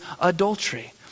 adultery